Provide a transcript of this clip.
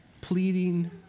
pleading